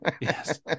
Yes